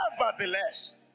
Nevertheless